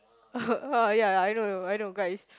uh ya ya I know I know I know guys